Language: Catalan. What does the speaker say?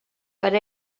per